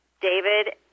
David